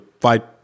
fight